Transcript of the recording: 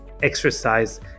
Exercise